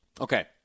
Okay